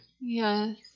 Yes